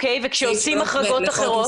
או.קיי, וכשעושים החרגות אחרות?